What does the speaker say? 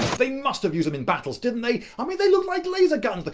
they must have used them in battles, didn't they? i mean, they look like laser guns. but